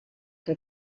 que